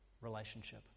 relationship